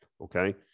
Okay